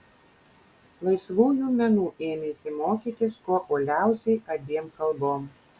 laisvųjų menų ėmėsi mokytis kuo uoliausiai abiem kalbom